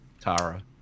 Tara